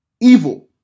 evil